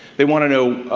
they want to know